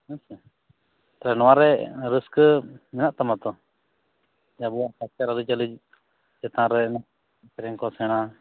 ᱦᱮᱸ ᱥᱮ ᱛᱟᱦᱚᱞᱮ ᱱᱚᱣᱟ ᱨᱮ ᱨᱟᱹᱥᱠᱟᱹ ᱢᱮᱱᱟᱜ ᱛᱟᱢᱟ ᱛᱚ ᱟᱵᱚᱣᱟᱜ ᱠᱟᱞᱪᱟᱨ ᱟᱹᱨᱤ ᱪᱟᱹᱞᱤ ᱪᱮᱛᱟᱱ ᱨᱮ ᱥᱮᱨᱮᱧ ᱠᱚ ᱥᱮᱬᱟ